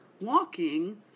walking